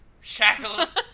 Shackles